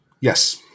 Yes